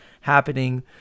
happening